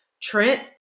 Trent